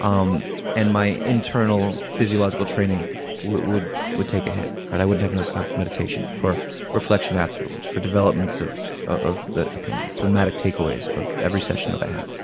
um and my internal physiological training would would take a hit i wouldn't have enough time for meditation, for reflection afterward, for development of of the kind of thematic takeaways of every session that i have.